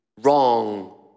wrong